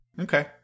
Okay